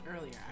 earlier